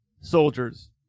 soldiers